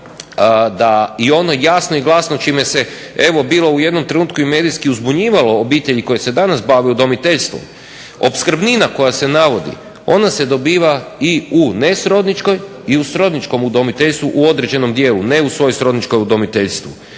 o ono jasno i glasno čime se evo bilo u jednom trenutku i medijski uzbunjivalo obitelji koje se danas bave udomiteljstvom. Opskrbnina koja se navodi ona se dobiva i u nesrodničkom i u srodničkom udomiteljstvu u određenom dijelu, ne u svojoj srodničkom udomiteljstvu.